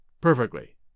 Perfectly